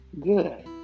good